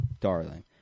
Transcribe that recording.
Darling